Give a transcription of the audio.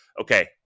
okay